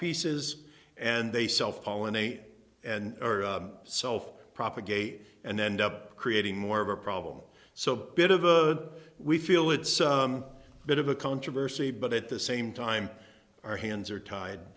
pieces and they self pollinate and self propagate and end up creating more of a problem so bit of a we feel it's a bit of a controversy but at the same time our hands are tied